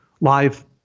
live